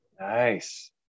Nice